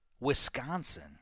Wisconsin